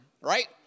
right